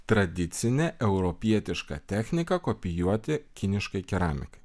tradicinė europietiška technika kopijuoti kiniškai keramikai